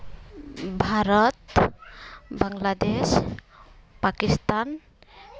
Bharat Bangladesh Pakistan